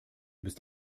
bist